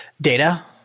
data